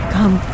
Come